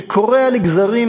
שקורע לגזרים